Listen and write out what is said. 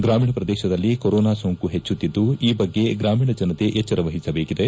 ಗ್ರಾಮೀಣ ಪ್ರದೇಶದಲ್ಲಿ ಕೊರೊನಾ ಸೋಂಕು ಹೆಚ್ಚುತ್ತಿದ್ದು ಈ ಬಗ್ಗೆ ಗ್ರಾಮೀಣ ಜನತೆ ಎಚ್ಚರ ವಹಿಸಬೇಕಿದೆ